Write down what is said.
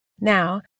Now